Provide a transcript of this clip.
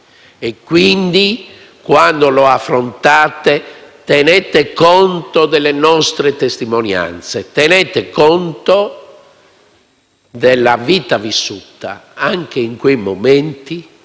Quindi, quando lo affrontate, tenete conto delle nostre testimonianze, tenete conto della vita vissuta, anche in quei momenti,